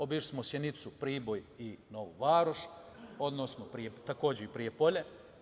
Obišli smo Sjenicu, Priboj i Novu Varoš, a takođe i Prijepolje.